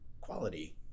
quality